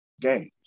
games